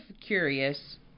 curious